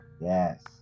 yes